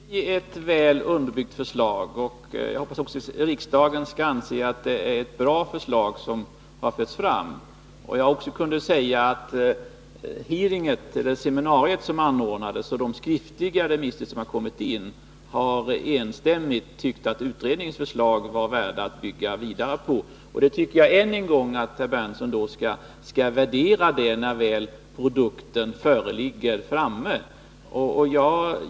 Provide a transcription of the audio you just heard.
Herr talman! Det här kommer att bli ett väl underbyggt förslag, och jag hoppas att också riksdagen skall anse att det är ett bra förslag som förs fram. Jag vill tillägga att man vid det seminarium som anordnades och i de skriftliga remissvar som har kommit in enstämmigt har uttalat att utredningens förslag är värda att bygga vidare på. Därför vill jag än en gång säga att jag tycker att herr Berndtson skall sätta värde på det, när ”produkten” väl läggs fram.